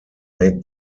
made